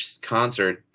concert